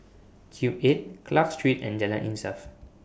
Cube eight Clarke Street and Jalan Insaf